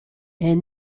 est